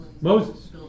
Moses